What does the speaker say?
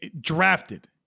drafted